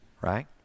Right